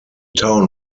town